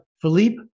Philippe